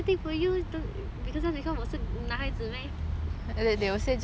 I take for you because because 我是男孩子 meh